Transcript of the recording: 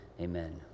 Amen